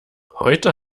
heute